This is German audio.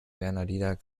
bernhardiner